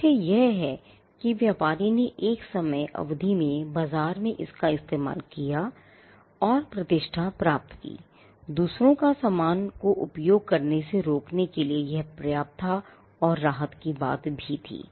तथ्य यह है कि व्यापारी ने एक समय अवधि में बाजार में इसका इस्तेमाल किया और प्रतिष्ठा प्राप्त की दूसरों को समान का उपयोग करने से रोकने के लिए पर्याप्त था और यह राहत की बात थी